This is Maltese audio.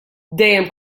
dejjem